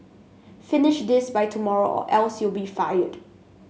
finish this by tomorrow or else you'll be fired